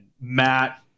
Matt